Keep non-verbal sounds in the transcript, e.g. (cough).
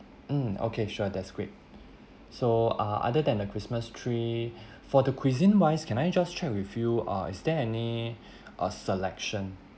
mm okay sure that's great so uh other than the christmas tree for the cuisine wise can I just check with you uh is there any (breath) uh selection